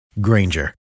Granger